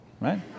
right